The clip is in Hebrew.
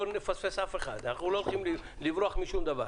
כן.